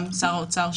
גם שר האוצר,